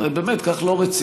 הרי באמת, כל כך לא רציני.